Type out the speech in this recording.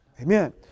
Amen